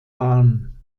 bahn